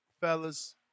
fellas